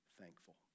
thankful